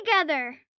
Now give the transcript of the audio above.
together